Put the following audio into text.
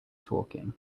talking